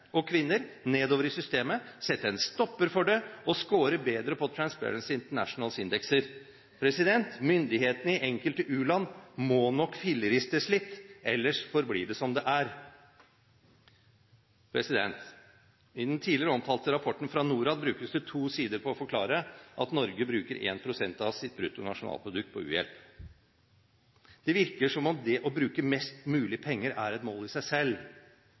og -kvinner nedover i systemet, sette en stopper for det, og score bedre på Transparency Internationals indekser. Myndighetene i enkelte u-land må nok filleristes litt, ellers forblir det som det er. I den tidligere omtalte rapporten fra Norad brukes det to sider på å forklare at Norge bruker 1 pst. av sitt brutto nasjonalprodukt på u-hjelp. Det virker som om det å bruke mest mulig penger er et mål i seg selv.